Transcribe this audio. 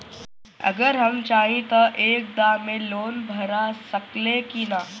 अगर हम चाहि त एक दा मे लोन भरा सकले की ना?